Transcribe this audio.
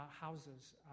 houses